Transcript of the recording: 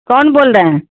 کون بول رہے ہیں